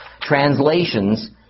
translations